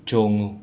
ꯆꯣꯡꯉꯨ